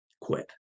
quit